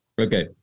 okay